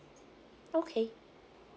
okay